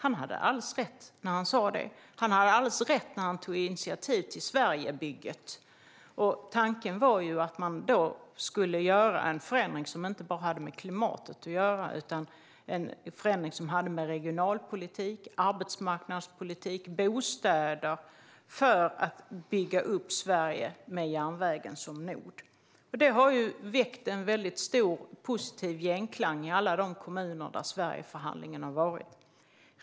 Han hade alldeles rätt när han sa det. Han hade alldeles rätt när han tog initiativ till Sverigebygget. Tanken var att man skulle göra en förändring som inte bara hade med klimatet att göra. Det var en förändring som hade att göra med regionalpolitik, arbetsmarknadspolitik och bostäder för att bygga upp Sverige med järnvägen som nod. Det har väckt en väldigt stor positiv genklang i alla de kommuner där Sverigeförhandlingen har varit.